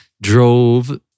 drove